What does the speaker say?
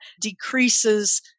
decreases